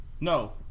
No